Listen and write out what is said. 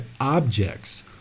objects